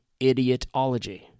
idiotology